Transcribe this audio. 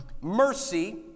mercy